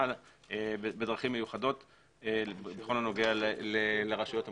בדרכים מיוחדות בכל הנוגע לרשויות המקומיות.